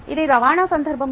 ఇది రవాణా సందర్భంలో